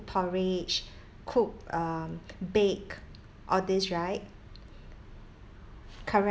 porridge cook um bake all this right correct